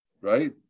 right